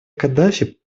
каддафи